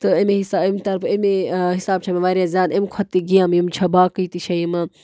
تہٕ اَمے حِساب أمۍ طرفہٕ اَمے حِساب چھےٚ مےٚ واریاہ زیادٕ اَمہِ کھۄتہٕ تہِ گیمہٕ یِم چھےٚ باقٕے تہِ چھےٚ یِمہٕ